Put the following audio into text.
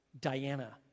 Diana